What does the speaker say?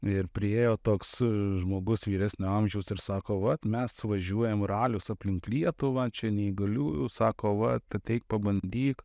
ir priėjo toks žmogus vyresnio amžiaus ir sako vat mes važiuojam ralius aplink lietuvą čia neįgaliųjų sako vat ateik pabandyk